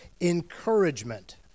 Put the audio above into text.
encouragement